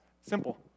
simple